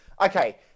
okay